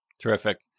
Terrific